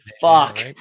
Fuck